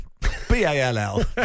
B-A-L-L